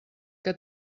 que